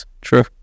True